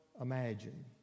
imagine